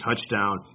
touchdown